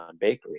Bakery